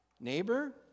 Neighbor